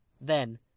Then